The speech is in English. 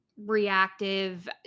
reactive